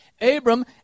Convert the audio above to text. Abram